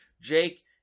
Jake